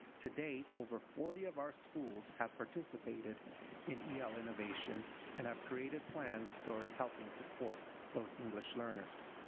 to date over forty of our schools have participated in e l. innovation and have created plans toward helping support those english learners.